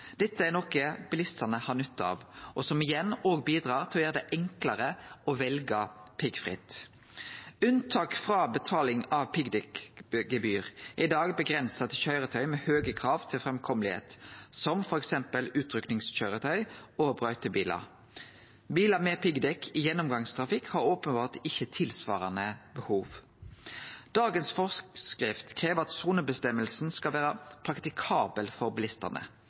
Dette er noko bilistane har nytte av, og som igjen bidrar til å gjere det enklare å velje piggfritt. Unntak frå betaling av piggdekkgebyr er i dag avgrensa til køyretøy med høge krav til framkome, som f.eks. utrykkingskøyretøy og brøytebilar. Bilar med piggdekk i gjennomgangstrafikk har openbert ikkje tilsvarande behov. Dagens forskrift krev at sonefråsegna skal vere praktikabel for bilistane.